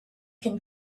can